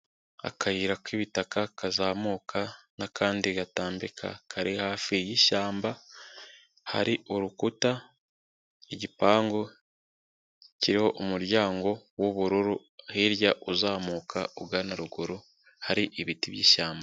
Akayira k'ibitaka kazamuka n'akandi gatambika kari hafi y'ishyamba, hari urukuta rw'igipangu kiriho umuryango w'ubururu, hirya uzamuka ugana ruguru hari ibiti by'ishyamba.